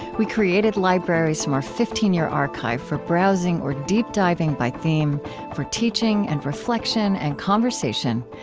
we created libraries from our fifteen year archive for browsing or deep diving by theme for teaching and reflection and conversation.